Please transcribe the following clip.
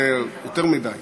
זה יותר מדי.